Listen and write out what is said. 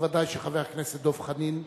ודאי שחבר הכנסת דב חנין,